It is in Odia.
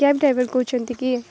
କ୍ୟାବ୍ ଡ୍ରାଇଭର କହୁଛନ୍ତି କି